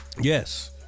Yes